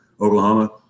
Oklahoma